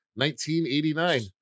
1989